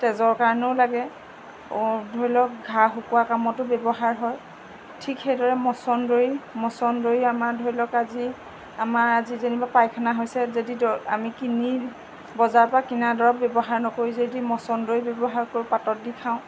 তেজৰ কাৰণেও লাগে আকৌ ধৰি লওক ঘাঁ শুকোৱা কামতো ব্যৱহাৰ হয় ঠিক সেইদৰে মছন্দৰী মছন্দৰী আমাৰ ধৰি লওক আজি আমাৰ আজি যেনিবা পায়খানা হৈছে যদি আমি কিনি বজাৰৰপৰা কিনা দৰৱ ব্যৱহাৰ নকৰি যদি মছন্দৰী ব্যৱহাৰ কৰোঁ পাতত দি খাওঁ